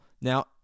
now